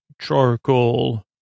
charcoal